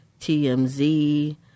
TMZ